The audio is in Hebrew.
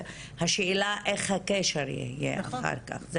השאלה איך הקשר יהיה אחר כך.